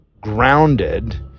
grounded